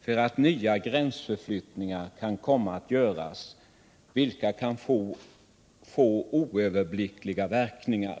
för att nya gränsförflyttningar kan komma att göras, vilka kan få oöverblickbara verkningar.